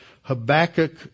Habakkuk